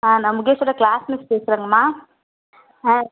ஆ நான் முகேஸ்ஸோடய class miss பேசுகிறேங்கம்மா ஆ